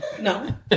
No